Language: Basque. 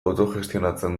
autogestionatzen